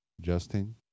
Justin